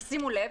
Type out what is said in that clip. שימו לב: